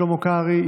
שלמה קרעי,